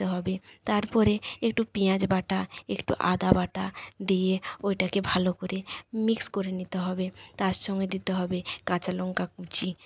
তারপরে একটু পেঁয়াজ বাটা একটু আদা বাটা দিয়ে ওইটাকে ভালো করে মিক্স করে নিতে হবে তার সঙ্গে দিতে হবে কাঁচালঙ্কা কুচি